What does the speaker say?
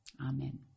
Amen